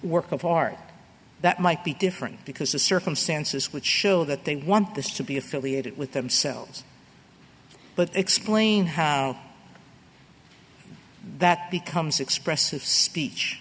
work of art that might be different because the circumstances would show that they want this to be affiliated with themselves but explain how that becomes expressive speech